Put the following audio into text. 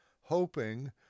hoping